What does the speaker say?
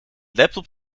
laptop